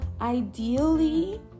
ideally